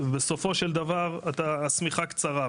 בסופו של דבר, אתה, השמיכה קצרה.